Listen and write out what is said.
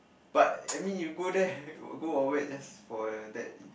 but I mean you go there go away just for that